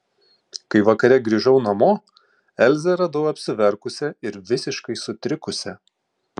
kai vakare grįžau namo elzę radau apsiverkusią ir visiškai sutrikusią